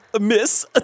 miss